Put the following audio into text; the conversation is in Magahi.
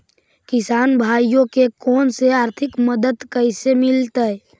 किसान भाइयोके कोन से आर्थिक मदत कैसे मीलतय?